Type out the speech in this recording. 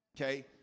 Okay